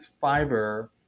fiber